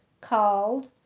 called